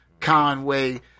Conway